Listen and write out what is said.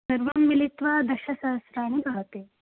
सर्वं मिलित्वा दशसहस्राणि भवति